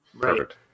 Perfect